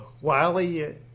Wiley